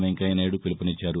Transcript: Venkaiah Naidu పిలుపునిచ్ఛారు